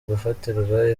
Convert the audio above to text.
gufatirwa